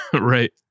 Right